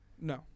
No